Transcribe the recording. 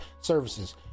services